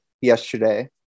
yesterday